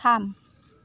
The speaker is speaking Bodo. थाम